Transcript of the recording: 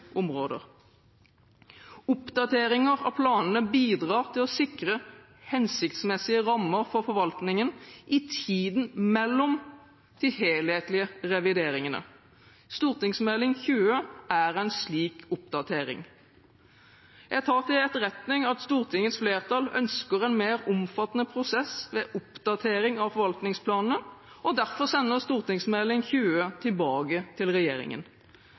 områder. Oppdateringer av planene bidrar til å sikre hensiktsmessige rammer for forvaltningen i tiden mellom de helhetlige revideringene. Meld. St. 20 er en slik oppdatering. Jeg tar til etterretning at Stortingets flertall ønsker en mer omfattende prosess ved oppdatering av forvaltningsplanene og derfor sender Meld. St. 20 tilbake til regjeringen.